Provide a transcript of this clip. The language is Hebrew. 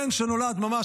בן שנולד ממש,